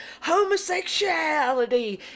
homosexuality